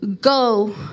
go